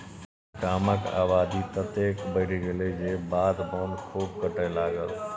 गामक आबादी ततेक ने बढ़ि गेल जे बाध बोन खूब कटय लागल